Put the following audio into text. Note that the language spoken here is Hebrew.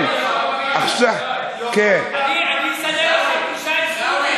אני אסדר לך פגישה עם סמוטריץ,